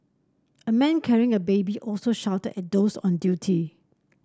a man carrying a baby also shouted at those on duty